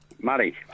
Muddy